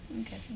okay